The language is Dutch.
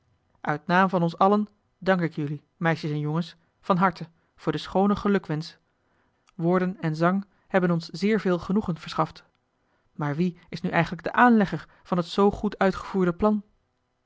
uit naam van ons allen dank ik jullie meisjes en jongens van harte voor den schoonen gelukwensch woorden en zang hebben ons zeer veel genoegen verschaft maar wie is nu eigenlijk de aanlegger van het zoo goed uitgevoerde plan